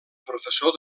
professor